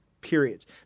periods